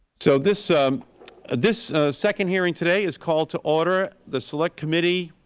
so this um this second hearing today is called to order. the select committee